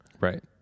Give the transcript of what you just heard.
right